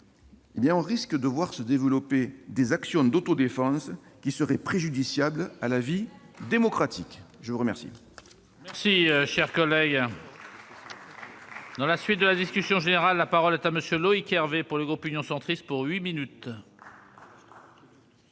nous risquons de voir se développer des actions d'autodéfense qui seraient préjudiciables à la vie démocratique. La parole